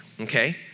okay